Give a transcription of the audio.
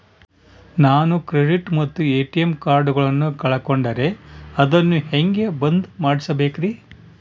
ನಾನು ಕ್ರೆಡಿಟ್ ಮತ್ತ ಎ.ಟಿ.ಎಂ ಕಾರ್ಡಗಳನ್ನು ಕಳಕೊಂಡರೆ ಅದನ್ನು ಹೆಂಗೆ ಬಂದ್ ಮಾಡಿಸಬೇಕ್ರಿ?